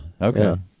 Okay